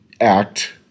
act